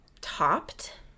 topped